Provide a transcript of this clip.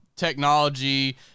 technology